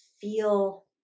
feel